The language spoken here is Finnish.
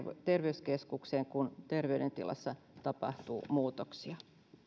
terveyskeskukseen kun terveydentilassa tapahtuu muutoksia